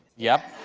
yep.